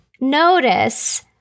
Notice